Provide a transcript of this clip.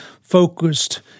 focused